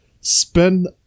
spend